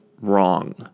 wrong